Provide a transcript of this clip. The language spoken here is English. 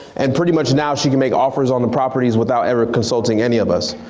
and pretty much now she can make offers on the properties without ever consulting any of us.